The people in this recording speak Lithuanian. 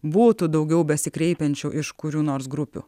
būtų daugiau besikreipiančių iš kurių nors grupių